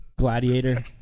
gladiator